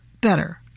better